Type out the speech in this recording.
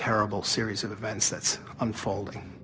terrible series of events that's unfolding